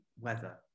Weather